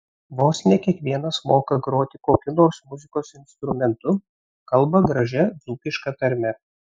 vos ne kiekvienas moka groti kokiu nors muzikos instrumentu kalba gražia dzūkiška tarme